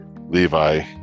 Levi